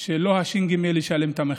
שלא הש"ג ישלם את המחיר.